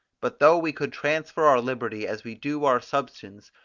but though we could transfer our liberty as we do our substance,